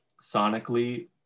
sonically